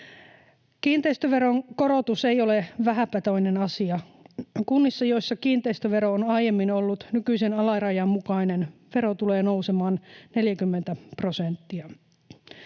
Kiinteistöveron korotus ei ole vähäpätöinen asia. Kunnissa, joissa kiinteistövero on aiemmin ollut nykyisen alarajan mukainen, vero tulee nousemaan 40 prosenttia.